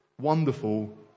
wonderful